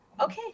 Okay